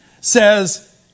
says